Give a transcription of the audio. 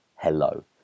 hello